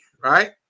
right